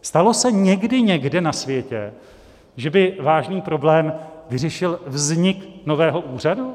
Stalo se někdy někde na světě, že by vážný problém vyřešil vznik nového úřadu?